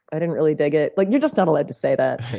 i didn't really dig it. like you're just not allowed to say that.